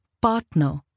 partner